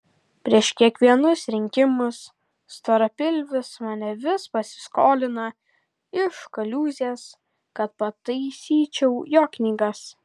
prieš kiekvienus rinkimus storapilvis mane vis pasiskolina iš kaliūzės kad pataisyčiau jo knygas